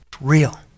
real